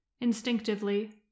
Instinctively